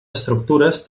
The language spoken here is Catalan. estructures